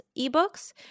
ebooks